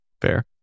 Fair